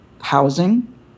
housing